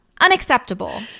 unacceptable